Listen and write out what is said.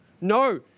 no